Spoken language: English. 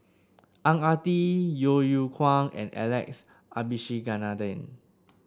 Ang Ah Tee Yeo Yeow Kwang and Alex Abisheganaden